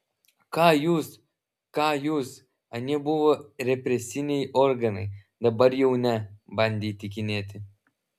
ką jūs ką jūs anie buvo represiniai organai dabar jau ne bandė įtikinėti